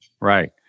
Right